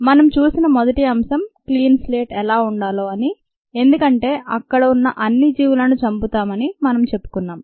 మనము చూసిన మొదటి అంశం క్లీన్ స్లేట్ ఎలా ఉండాలో అని ఎందుకంటే అక్కడ ఉన్నా అన్ని జీవులను చంపుతాము అని మనము చెప్పుకున్నాం